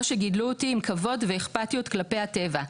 שגידלו אותי עם כבוש ואכפתיות כלפי הטבע,